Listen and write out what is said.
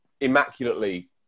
immaculately